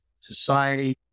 Society